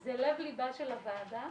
הם לב ליבה של הוועדה,